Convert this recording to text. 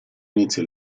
inizio